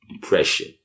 depression